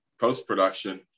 post-production